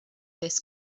this